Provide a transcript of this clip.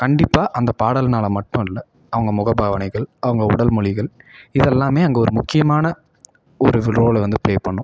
கண்டிப்பாக அந்த பாடல்னால் மட்டும் இல்லை அவங்க முக பாவனைகள் அவங்க உடல் மொழிகள் இதெல்லாமே அங்கே ஒரு முக்கியமான ஒரு ரோலை வந்து ப்ளே பண்ணும்